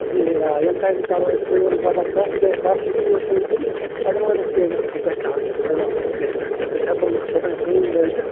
کِہیٖنۍ آ ییٚمہِ ٹایمہٕ کَرو أسۍ کٲم زبردس تہٕ بَس یُتُے یوت تھٔیِو تُہۍ اٮ۪ڈوانٕس پیمٮ۪نٛٹ چھو تۄہہِ کَرنہِ اٮ۪ڈوانٕس پیمٮ۪نٛٹہٕ أسۍ ہٮ۪کو نہٕ توٚتانۍ کٲم لٲگِتھ